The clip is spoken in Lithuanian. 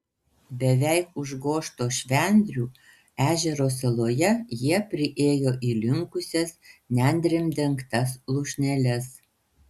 beveik užgožto švendrių ežero saloje priėjo jie įlinkusias nendrėm dengtas lūšneles